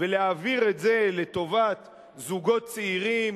ולהעביר את זה לטובת זוגות צעירים,